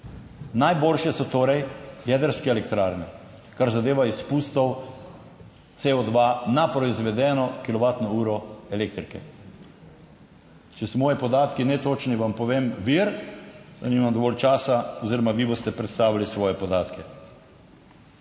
Najboljše so torej jedrske elektrarne, kar zadeva izpustov CO2 na proizvedeno kilovatno uro elektrike. Če so moji podatki netočni, vam povem vir, nimam dovolj časa oziroma vi boste predstavili **102.